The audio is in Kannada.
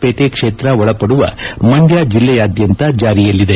ಪೇಟೆ ಕ್ಷೇತ್ರ ಒಳಪದುವ ಮಂಡ್ಯ ಜಿಲ್ಲೆಯಾದ್ಯಂತ ಜಾರಿಯಲ್ಲಿದೆ